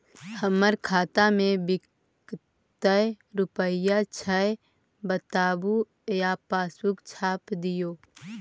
हमर खाता में विकतै रूपया छै बताबू या पासबुक छाप दियो?